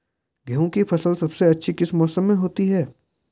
गेहूँ की फसल सबसे अच्छी किस मौसम में होती है